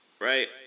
Right